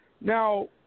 Now